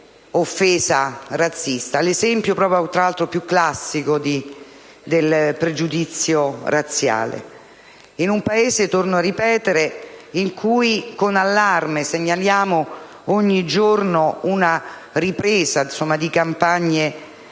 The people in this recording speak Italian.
offesa razzista, l'esempio più classico del pregiudizio razziale. Questo in un Paese, torno a ripeterlo, in cui con allarme segnaliamo ogni giorno una ripresa di campagne